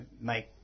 make